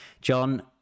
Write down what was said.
John